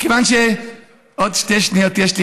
וכיוון שעוד שתי שניות יש לי,